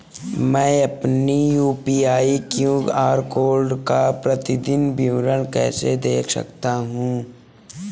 मैं अपनी UPI QR code का प्रतीदीन विवरण कैसे देख सकता हूँ?